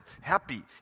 happy